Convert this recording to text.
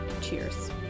Cheers